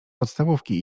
podstawówki